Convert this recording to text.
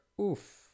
oof